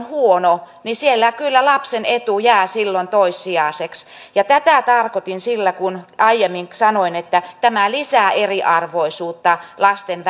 huono niin siellä kyllä lapsen etu jää silloin toissijaiseksi tätä tarkoitin sillä kun aiemmin sanoin että tämä lisää eriarvoisuutta lasten